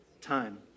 time